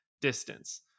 distance